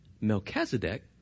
Melchizedek